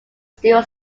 still